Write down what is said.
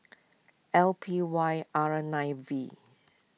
L P Y R nine V